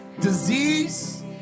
disease